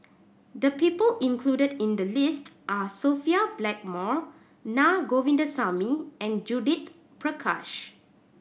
the people included in the list are Sophia Blackmore Naa Govindasamy and Judith Prakash